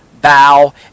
bow